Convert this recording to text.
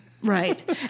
Right